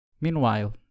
Meanwhile